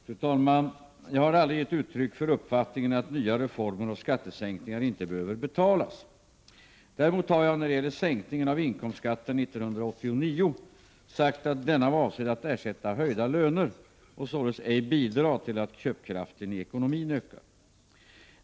Fru talman! Jag har aldrig gett uttryck för uppfattningen att nya reformer och skattesänkningar inte behöver betalas. Däremot har jag, när det gäller sänkningen av inkomstskatten 1989, sagt att denna var avsedd att ersätta höjda löner och således ej bidra till att köpkraften i ekonomin ökar.